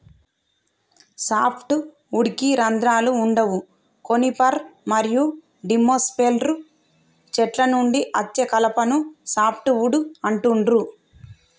soft వుడ్కి రంధ్రాలు వుండవు కోనిఫర్ మరియు జిమ్నోస్పెర్మ్ చెట్ల నుండి అచ్చే కలపను సాఫ్ట్ వుడ్ అంటుండ్రు